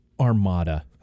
Armada